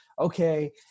Okay